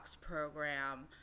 program